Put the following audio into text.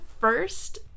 first